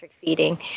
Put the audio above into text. feeding